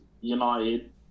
United